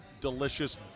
delicious